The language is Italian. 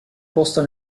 posta